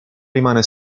rimane